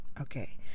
Okay